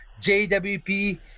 JWP